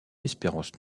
espérance